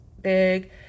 big